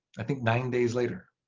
i think, nine days later.